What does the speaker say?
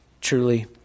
Truly